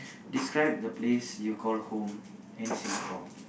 describe the place you call home in Singapore